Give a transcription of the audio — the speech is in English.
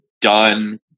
done